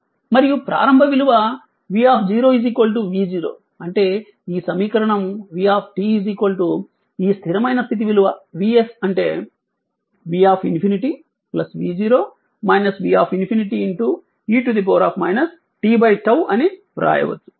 మరియు ప్రారంభ విలువ v v0 అంటే ఈ సమీకరణం v ఈ స్థిరమైన స్థితి విలువ Vs అంటే V∞ v0 V∞ e t 𝜏 అని వ్రాయవచ్చు